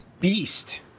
beast